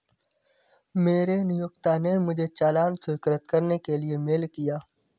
मेरे नियोक्ता ने मुझे चालान स्वीकृत करने के लिए मेल किया